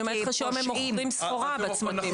אני אומר לך שהיום הם מוכרים סחורה בצמתים.